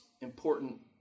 important